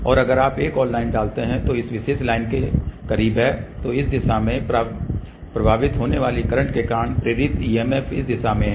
और अगर आप एक और लाइन डालते हैं जो इस विशेष लाइन के करीब है तो इस दिशा में प्रवाहित होने वाली करंट के कारण प्रेरित EMF इस दिशा में है